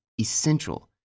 essential